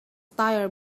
tire